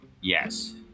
yes